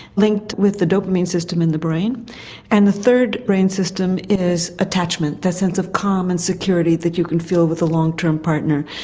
linked with the dopamine system in the brain and the third brain system is attachment, that sense of calm and security that you can feel with a long-term partner.